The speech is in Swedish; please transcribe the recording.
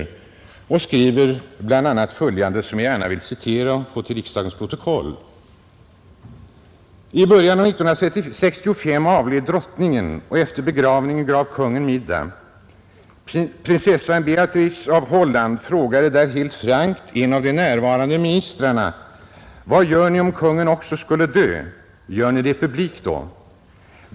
I artikeln skrivs bl.a. följande som jag gärna vill citera och få till riksdagens protokoll: ”I början av 1965 avled drottningen och efter begravningen gav kungen middag. Prinsessan Beatrix av Holland frågade där helt frankt en av de närvarande ministrarna. Vad gör Ni om kungen också skulle dö? Gör Ni republik då?